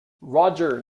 roger